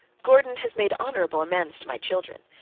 gordon has made honorable amends to my children.